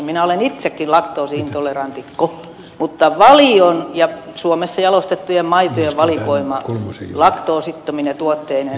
minä olen itsekin laktoosi intolerantikko mutta valion ja suomessa jalostettujen maitojen valikoima laktoosittomine tuotteineen on aivan loistava